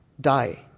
die